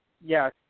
Yes